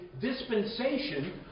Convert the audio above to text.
dispensation